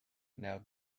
now